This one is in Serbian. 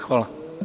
Hvala.